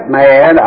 man